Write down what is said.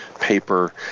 paper